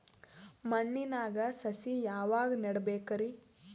ಮಣ್ಣಿನಾಗ ಸಸಿ ಯಾವಾಗ ನೆಡಬೇಕರಿ?